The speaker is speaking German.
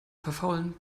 verfaulen